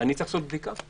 אני צריך לעשות בדיקה?